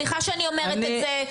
סליחה שאני אומרת את זה,